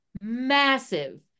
massive